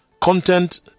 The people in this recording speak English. content